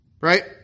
right